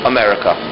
America